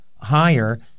higher